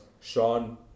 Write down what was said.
Sean